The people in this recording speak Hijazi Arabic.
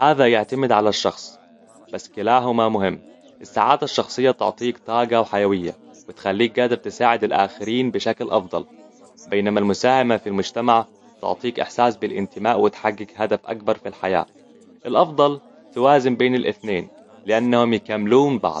هذا يعتمد على الشخص، بس كلاهما مهم. السعادة الشخصية تعطيك طاقه وحيوية، وتخليك لتساعد الآخرين بشكل أفضل. بينما المساهمه في المجتمع تعطيك إحساس بالإنتماء وتحقق هدف أكبر في الحياة. الأفضل توازن بين الأثنين، لأنهم يكملون بعض.